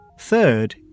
Third